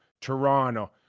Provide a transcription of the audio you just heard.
Toronto